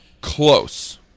Close